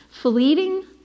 fleeting